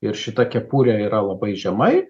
ir šita kepurė yra labai žemai